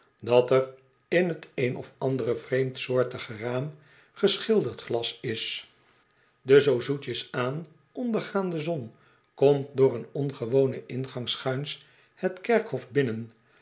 dat er in t een of andere vreemdsoortige raam geschilderd glas is de zoo zoetjes aan ondergaande zon komt door een ongewonen ingang schuins het kerkhof binnen